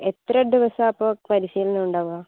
എത്ര ദിവസമാണ് അപ്പോൾ പരിശീലനം ഉണ്ടാവുക